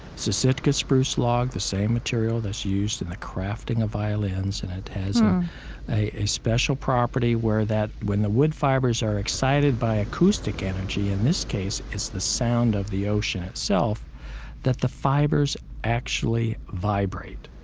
so sitka spruce log, the same material that's used in the crafting of violins, and it has a special property where that, when the wood fibers are excited by acoustic energy in this case, it's the sound of the ocean itself that the fibers actually vibrate.